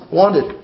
wanted